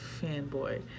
fanboy